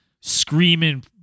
screaming